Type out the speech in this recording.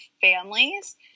families